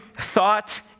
thought